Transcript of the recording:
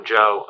Joe